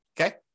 okay